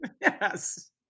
yes